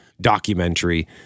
documentary